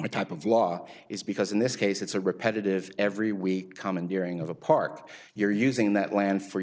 i type of law is because in this case it's a repetitive every week commandeering of a park you're using that land for